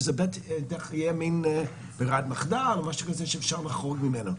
וזה יהיה מין ברירת מחדל שאפשר לחרוג ממנה.